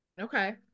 Okay